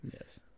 Yes